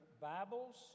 Bibles